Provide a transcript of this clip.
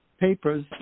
papers